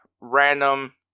random